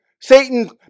Satan